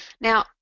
Now